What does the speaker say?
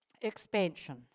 expansion